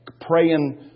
praying